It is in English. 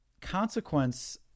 Consequence